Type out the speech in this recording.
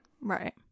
Right